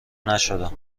نشدم